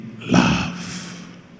love